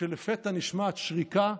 ולפתע נשמעת שריקה,